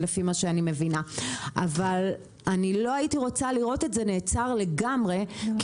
אבל לא הייתי רוצה לראות שזה נעצר לגמרי כי